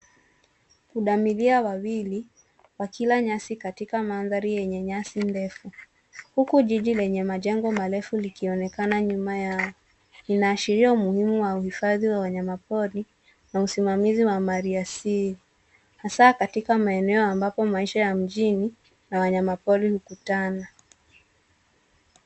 Punda milia wawili wakila nyasi katika mandhari yenye nyasi ndefu huku jiji lenye majengo marefu likionekana nyuma yao, inaashiria umuhimu wa uhifadhi wa wanyamapori na usimamizi wa mali asili hasaa katika maeneo ambapo maisha ya mjini na wanyamapori hukutana.